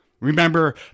Remember